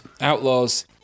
outlaws